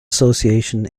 association